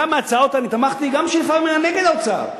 גם כשלפעמים היה נגד האוצר.